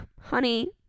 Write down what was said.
Honey